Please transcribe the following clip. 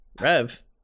Rev